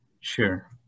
Sure